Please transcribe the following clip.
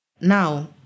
Now